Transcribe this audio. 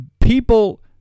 people